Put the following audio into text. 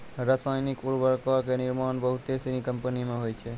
रसायनिक उर्वरको के निर्माण बहुते सिनी कंपनी मे होय छै